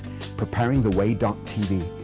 preparingtheway.tv